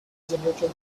generated